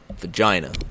Vagina